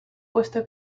puesto